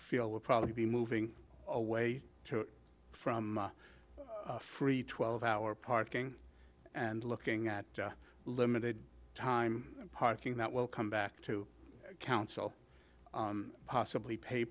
feel would probably be moving away from free twelve hour parking and looking at limited time parking that will come back to council possibly pay